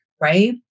Right